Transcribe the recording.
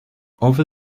over